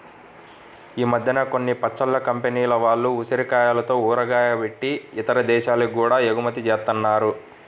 ఈ మద్దెన కొన్ని పచ్చళ్ళ కంపెనీల వాళ్ళు ఉసిరికాయలతో ఊరగాయ బెట్టి ఇతర దేశాలకి గూడా ఎగుమతి జేత్తన్నారు